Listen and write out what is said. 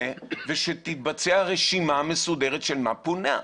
ושתתבצע רשימה מסודרת של מה פונה,